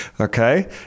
Okay